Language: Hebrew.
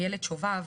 'הילד שובב',